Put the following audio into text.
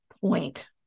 point